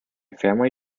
family